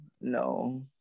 no